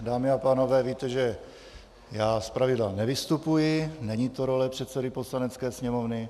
Dámy a pánové, víte, že já zpravidla nevystupuji, není to role předsedy Poslanecké sněmovny.